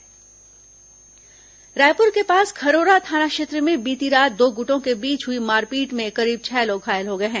मारपीट घायल रायप्र के पास खरोरा थाना क्षेत्र में बीती रात दो गूटों के बीच हई मारपीट में करीब छह लोग घायल हो गए हैं